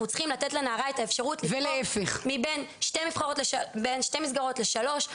אנחנו צרים לתת לנערה את האפשרות לבחור מבין שתי מסגרות או שלוש,